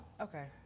okay